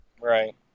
Right